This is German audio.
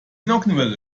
nockenwelle